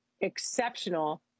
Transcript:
exceptional